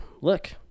look